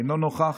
אינו נוכח.